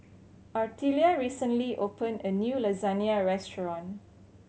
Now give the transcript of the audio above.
Artelia recently opened a new Lasagna Restaurant